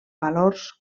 valors